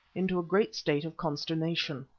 into a great state of consternation.